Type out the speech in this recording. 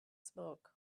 smoke